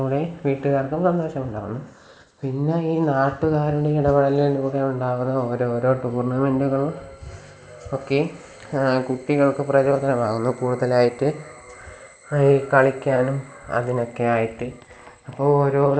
അതിലൂടെ വീട്ട്കാർക്കും സന്തോഷമുണ്ടാകുന്നു പിന്നെയീ നാട്ടുകാരുടെ ഇടപേടൽലൂടെ ഉണ്ടാകുന്ന ഓരോരോ ടൂർണമെൻറ്റ്കൾ ഒക്കെ കുട്ടികൾക്ക് പ്രചോദനമാകുന്നു കൂടുതലായിട്ട് കളിക്കാനും അതിനക്കെയായിട്ട് അപ്പോൾ ഓരോട്